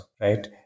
right